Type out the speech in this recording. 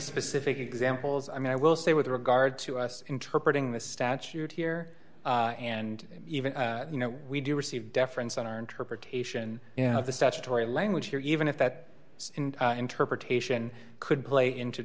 specific examples i mean i will say with regard to us interpret in the statute here and even you know we do receive deference on our interpretation of the statutory language here even if that interpretation could play into